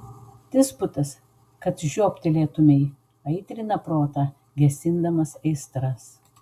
disputas kad žioptelėtumei aitrina protą gesindamas aistras